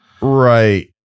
Right